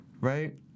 Right